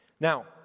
Now